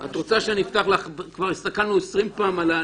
את רוצה שנפתח גוגל ונסתכל על זה?